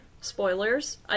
Spoilers